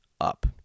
up